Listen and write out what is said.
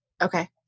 Okay